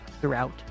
throughout